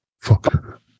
fuck